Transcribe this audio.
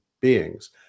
beings